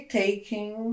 taking